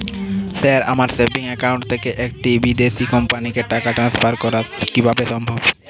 Sir আমার savings account থেকে একটি বিদেশি কোম্পানিকে টাকা ট্রান্সফার করা কীভাবে সম্ভব?